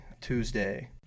Tuesday